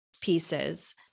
pieces